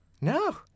No